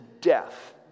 death